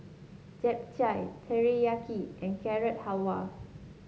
Japchae Teriyaki and Carrot Halwa